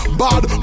bad